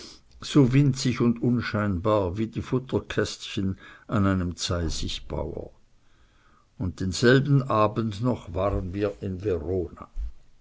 so winzig und unscheinbar wie die futterkästchen an einem zeisigbauer und denselben abend noch waren wir in